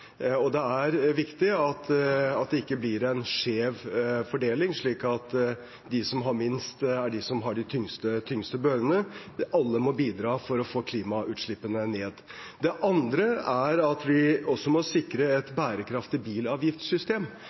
Det er viktig at det ikke blir en skjev fordeling, slik at det er de som har minst, som har de tyngste børene. Alle må bidra for å få klimautslippene ned. Den andre er at vi også må sikre et bærekraftig bilavgiftssystem.